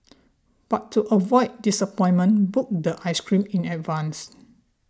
but to avoid disappointment book the ice cream in advance